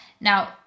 Now